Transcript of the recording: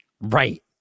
Right